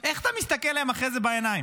איך אתה מסתכל להם אחרי זה בעיניים?